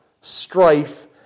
strife